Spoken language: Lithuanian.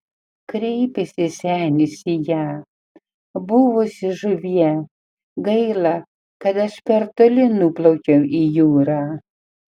kreipėsi senis į ją buvusi žuvie gaila kad aš per toli nuplaukiau į jūrą